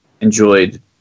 enjoyed